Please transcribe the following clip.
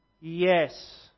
Yes